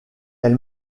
elle